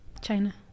China